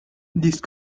these